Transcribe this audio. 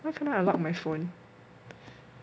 cause now I locked my phone